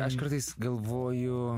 aš kartais galvoju